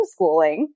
homeschooling